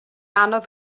anodd